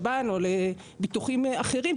או לביטוחים האחרים,